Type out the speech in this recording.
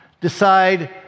decide